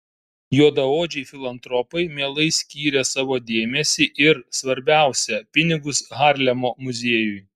juodaodžiai filantropai mielai skyrė savo dėmesį ir svarbiausia pinigus harlemo muziejui